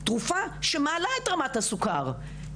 תרופה שמעלה את רמת הסוכר,